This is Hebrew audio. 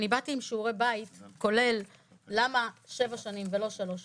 אני באתי עם שיעורי בית כולל למה שבע שנים ולא שלוש שנים,